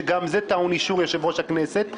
שגם זה טעון אישור יושב-ראש הכנסת.